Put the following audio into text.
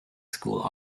school